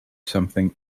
something